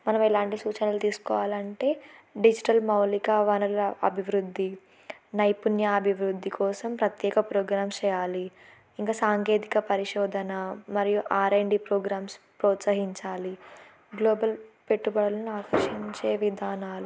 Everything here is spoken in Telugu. మనం ఎలాంటి సూచనలు తీసుకోవాలంటే డిజిటల్ మౌలిక వనల అభివృద్ధి నైపుణ్య అభివృద్ధి కోసం ప్రత్యేక ప్రోగ్రామ్స్ చెయ్యాలి ఇంకా సాంకేతిక పరిశోధన మరియు ఆర్అండ్డి ప్రోగ్రామ్స్ ప్రోత్సహించాలి గ్లోబల్ పెట్టుబడులను ఆకర్షించే విధానాలు